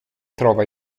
trova